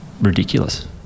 Ridiculous